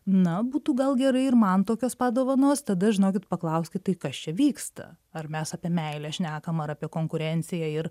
na būtų gal gerai ir man tokios pat dovanos tada žinokit paklauskit tai kas čia vyksta ar mes apie meilę šnekam ar apie konkurenciją ir